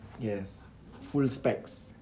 yes full specs